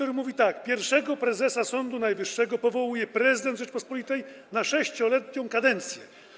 Brzmi on tak: Pierwszego prezesa Sądu Najwyższego powołuje prezydent Rzeczypospolitej na 6-letnią kadencję.